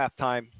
halftime